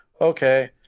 Okay